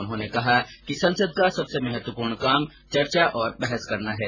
उन्होंने कहा कि संसद का सबसे महत्वपूर्ण काम चर्चा और बहस करना है